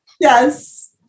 Yes